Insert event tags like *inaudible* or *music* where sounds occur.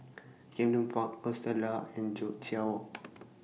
Camden Park Hostel Lah and Joo Chiat Walk *noise*